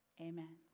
Amen